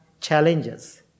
challenges